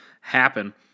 happen